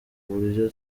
buryo